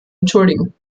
entschuldigen